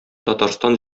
татарстан